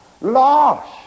Lost